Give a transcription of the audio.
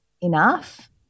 enough